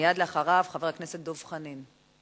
מייד אחריו, חבר הכנסת דב חנין,